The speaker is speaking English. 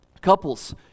Couples